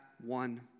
one